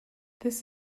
this